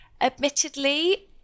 Admittedly